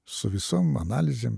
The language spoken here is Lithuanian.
su visom analizėm